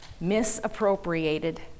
misappropriated